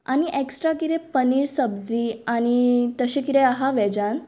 आनी एक्श्ट्रा कितें पनीर सब्जी आनी तशें कितें आसा वॅजान